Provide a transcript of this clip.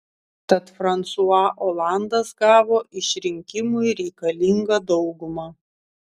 tad fransua olandas gavo išrinkimui reikalingą daugumą